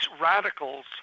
radicals